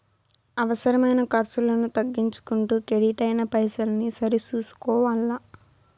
అవసరమైన కర్సులను తగ్గించుకుంటూ కెడిట్ అయిన పైసల్ని సరి సూసుకోవల్ల